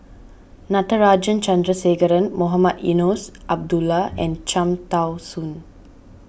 Natarajan Chandrasekaran Mohamed Eunos Abdullah and Cham Tao Soon